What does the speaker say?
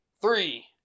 three